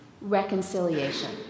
reconciliation